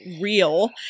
real